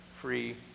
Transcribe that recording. free